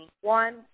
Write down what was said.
One